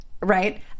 Right